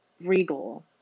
regal